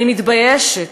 אני מתביישת